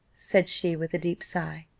said she, with a deep sigh.